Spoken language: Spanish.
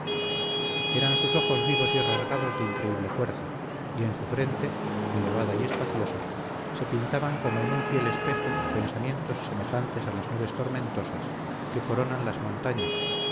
eran sus ojos vivos y rasgados de increíble fuerza y en su frente elevada y espaciosa se pintaban como en un fiel espejo pensamientos semejantes a las nubes tormentosas que coronan las montañas